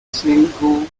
single